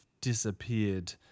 disappeared